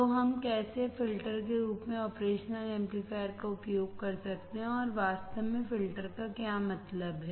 तो हम कैसे फिल्टर के रूप में ऑपरेशनल एमप्लीफायर का उपयोग कर सकते हैं और वास्तव में फ़िल्टर का क्या मतलब है